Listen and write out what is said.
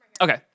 Okay